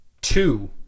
Two